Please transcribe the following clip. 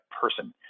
person